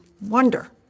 wonder